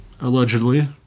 Allegedly